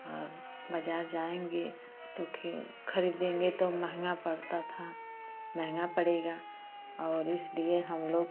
और बजार जाएँगे तो खरीदेंगे तो महंगा पड़ता था महंगा पड़ेगा और इसलिए हम लोग